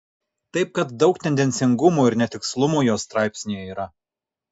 taip kad daug tendencingumų ir netikslumų jos straipsnyje yra